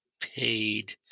paid